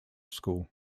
school